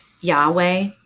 Yahweh